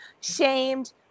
shamed